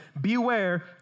beware